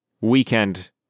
weekend